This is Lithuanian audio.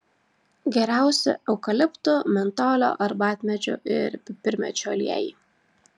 geriausi eukaliptų mentolio arbatmedžių ir pipirmėčių aliejai